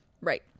Right